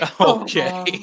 Okay